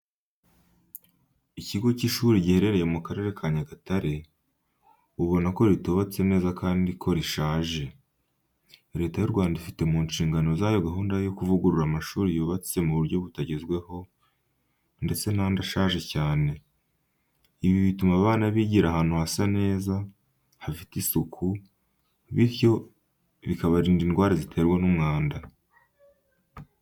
Ikigo cy'ishuri giherereye mu Karere ka Nyagatare, ubona ko ritubatse neza kandi ko rishaje. Leta y'u Rwanda ifite mu nshingano zayo gahunda yo kuvugurura amashuri yubatse mu buryo butagezweho ndetse n'andi ashaje cyane. Ibi bituma abana bigira ahantu hasa neza hafite isuku, bityo bikabarinda indwara ziterwa n'umwanda.